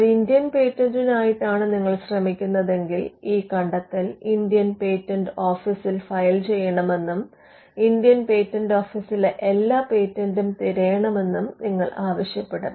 ഒരു ഇന്ത്യൻ പേറ്റന്റിനായിട്ടാണ് നിങ്ങൾ ശ്രമിക്കുന്നതെങ്കിൽ ഈ കണ്ടെത്തൽ ഇന്ത്യൻ പേറ്റന്റ് ഓഫീസിൽ ഫയൽ ചെയ്യണമെന്നും ഇന്ത്യൻ പേറ്റന്റ് ഓഫീസിലെ എല്ലാ പേറ്റന്റും തിരയണമെന്നും നിങ്ങൾ ആവശ്യപ്പെടും